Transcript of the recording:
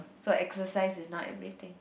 so exercise is not everything